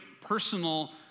personal